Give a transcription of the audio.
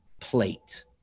plate